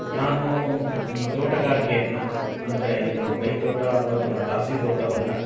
ನಾನು ಈ ತೋಟಗಾರಿಕೆಯನ್ನ ಅಂದರೆ ಏನು ಕೈತೋಟ ಅಥವಾ ನಮ್ಮ ತಾರಸಿ ತೋಟವನ್ನು